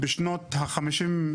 בשנות ה-50'.